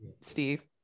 Steve